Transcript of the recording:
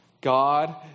God